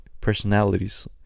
personalities